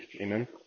Amen